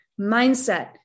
mindset